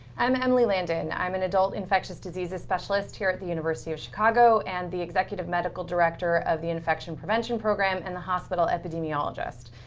i'm emily landon. i'm an adult infectious diseases specialist here at the university of chicago, and the executive medical director of the infection prevention program and the hospital epidemiologist.